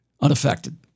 unaffected